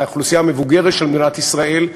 לאוכלוסייה המבוגרת של מדינת ישראל,